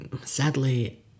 Sadly